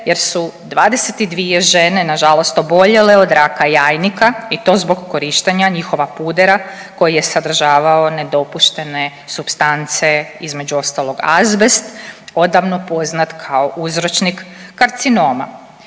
jer su 22 žene nažalost oboljele od raka jajnika i to zbog korištenja njihovog pudera koji je sadržavao nedopuštene supstance između ostaloga azbest odavno poznat kao uzročnik karcinoma.